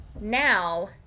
now